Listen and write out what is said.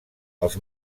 els